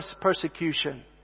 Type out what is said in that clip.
persecution